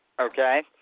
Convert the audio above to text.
Okay